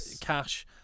cash